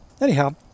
anyhow